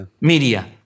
media